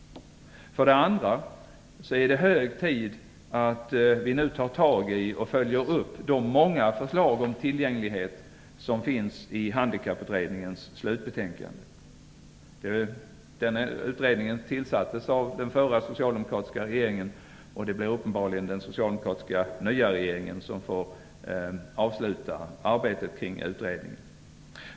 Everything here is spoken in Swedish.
För det andra är det hög tid att vi nu tar tag i och följer upp de många förslag om tillgänglighet som finns i Handikapputredningens slutbetänkande. Den utredningen tillsattes av den förra socialdemokratiska regeringen, och det blir uppenbarligen den nya socialdemokratiska regeringen som får avsluta arbetet kring utredningen.